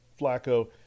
Flacco